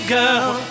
girl